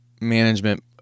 management